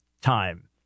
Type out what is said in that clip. time